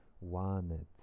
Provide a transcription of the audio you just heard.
wanted